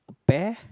pear